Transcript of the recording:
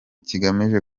kigamije